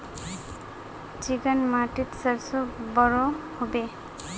Chicken माटित सरसों बढ़ो होबे?